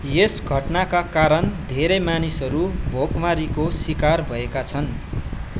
यस घटनाका कारण धेरै मानिसहरू भोकमारीको शिकार भएका छन्